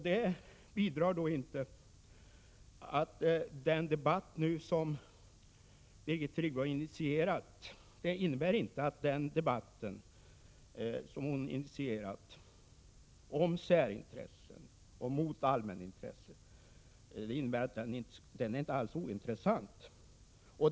Det innebär inte att den debatt om förhållandet mellan 23 särintressen och allmänintresset, som Birgit Friggebo har initierat, är ointressant.